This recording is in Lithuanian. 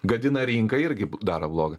gadina rinką irgi daro bloga